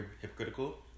hypocritical